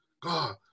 God